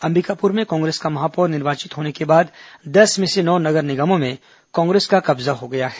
अंबिकापुर में कांग्रेस का महापौर निर्वाचित होने के बाद दस में से नौ नगर निगमों में कांग्रेस का कब्जा हो गया है